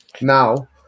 now